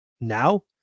now